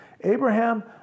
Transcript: Abraham